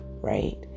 right